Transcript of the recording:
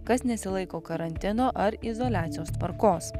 kas nesilaiko karantino ar izoliacijos tvarkos